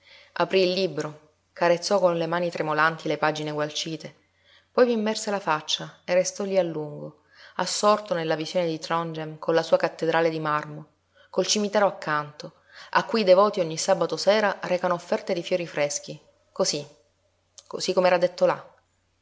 aprí il libro carezzò con le mani tremolanti le pagine gualcite poi v'immerse la faccia e restò lí a lungo assorto nella visione di trondhjem con la sua cattedrale di marmo col cimitero accanto a cui i devoti ogni sabato sera recano offerte di fiori freschi cosí cosí com'era detto là